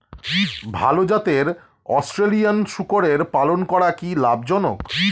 ভাল জাতের অস্ট্রেলিয়ান শূকরের পালন করা কী লাভ জনক?